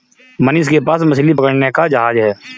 मनीष के पास मछली पकड़ने का जहाज है